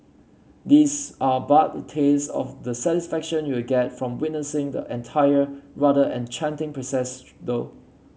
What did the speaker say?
these are but a taste of the satisfaction you'll get from witnessing the entire rather enchanting process though